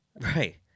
Right